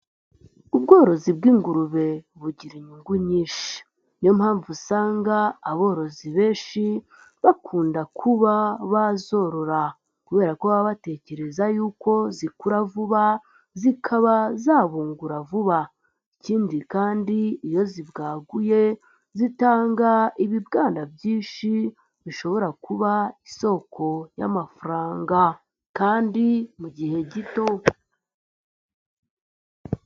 Ubworozi bw'ingurube bugira inyungu nyinshi. Niyo mpamvu usanga aborozi benshi bakunda kuba bazorora kubera ko baba batekereza yuko zikura vuba zikaba zabungura vuba. Ikindi kandi iyo zibwaguye zitanga ibibwana byinshi bishobora kuba isoko y'amafaranga kandi mu gihe gito.